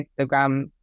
instagram